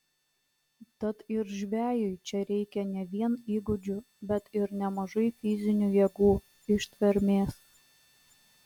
tad ir žvejui čia reikia ne vien įgūdžių bet ir nemažai fizinių jėgų ištvermės